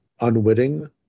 unwitting